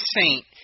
saint